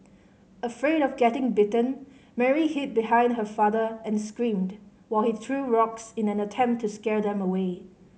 afraid of getting bitten Mary hid behind her father and screamed while he threw rocks in an attempt to scare them away